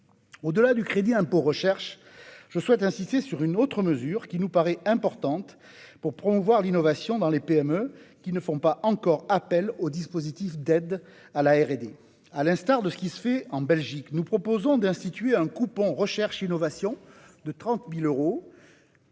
Au-delà du CIR, je souhaite insister sur une autre mesure qui nous paraît importante pour promouvoir l'innovation dans les PME qui ne font pas encore appel aux dispositifs d'aide à la R&D. À l'instar de ce qui se fait en Belgique, nous proposons d'instituer un « coupon recherche-innovation » de 30 000 euros